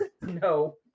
no